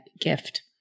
gift